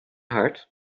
heart